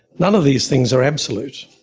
none of these things are absolute,